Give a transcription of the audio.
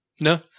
No